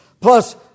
Plus